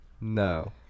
No